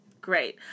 Great